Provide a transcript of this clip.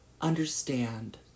understand